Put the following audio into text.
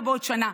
לא בעוד שנה,